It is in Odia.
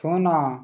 ଶୂନ